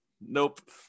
Nope